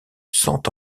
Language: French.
cent